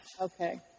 Okay